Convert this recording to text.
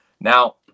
Now